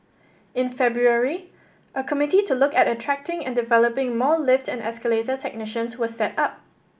in February a committee to look at attracting and developing more lift and escalator technicians was set up